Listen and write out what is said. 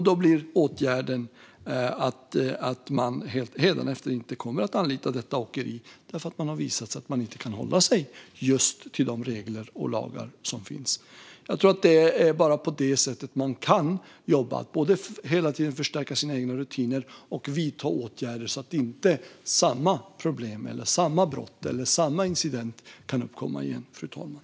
Då blir åtgärden att Postnord hädanefter inte kommer att anlita detta åkeri därför att det har visat sig att de inte kan hålla sig just till de regler och lagar som finns. Jag tror att det bara är på detta sätt man kan jobba. Det handlar både om att hela tiden förstärka sina egna rutiner och om att vidta åtgärder så att inte samma problem, samma brott eller samma incident kan uppkomma igen, fru talman.